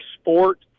sport